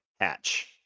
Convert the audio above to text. Hatch